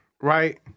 right